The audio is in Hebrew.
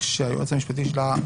כשהיועץ המשפטי שלה,